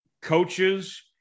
coaches